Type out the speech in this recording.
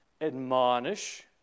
admonish